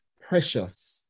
precious